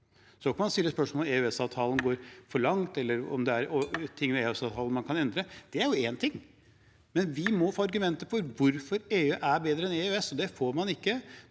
Man kan stille spørsmål ved om EØS-avtalen går for langt, eller om det er ting ved EØS-avtalen man kan endre – det er én ting – men vi må få argumenter for hvorfor EU er bedre enn EØS. Det får man ikke.